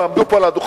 גם עמדו פה על הדוכן,